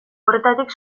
horretatik